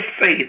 faith